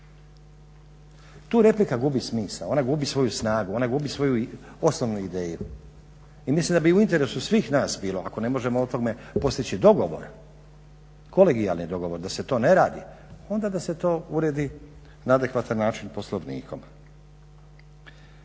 Tu replika gubi smisao, ona gubi svoju snagu, ona gubi svoju osnovnu ideju. I mislim da bi u interesu svih nas bilo ako ne možemo o tome postići dogovor, kolegijalni dogovor da se to ne radi, onda da se to uredi na adekvatan način Poslovnikom.